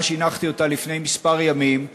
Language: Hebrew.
הנחתי אותה ממש לפני כמה ימים,